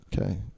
Okay